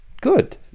good